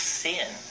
sin